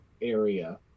area